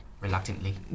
reluctantly